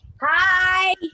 hi